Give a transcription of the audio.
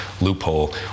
loophole